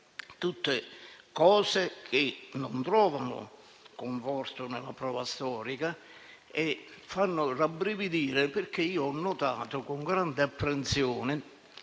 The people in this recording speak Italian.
Tutti principi che non trovano conforto nella prova storica e fanno rabbrividire, perché io ho notato, con grande apprensione,